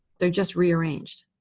they're just rearranged.